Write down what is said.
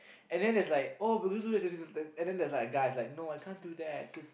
and then there's like oh but we do that and then there's like guys like no I can't do that cause